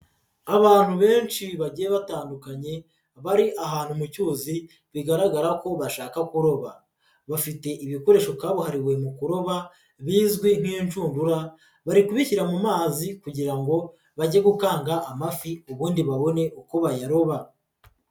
Abantu benshi bagiye batandukanye bari ahantu mu cyuzi bigaragara ko bashaka kuroba, bafite ibikoresho kabuhariwe mu kuroba bizwi nk'inshundura, bari kubishyira mu mazi kugira ngo bajye gukanga amafi ubundi babone uko bayaroba.